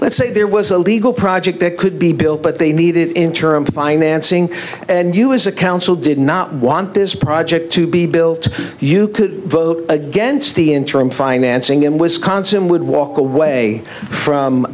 let's say there was a legal project that could be built but they need it in terms of financing and you as a council did not want this project to be built you could vote against the interim financing in wisconsin would walk away from